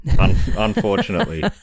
unfortunately